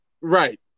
Right